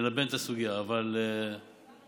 ללבן את הסוגיה, אבל הבעיה לא באוצר.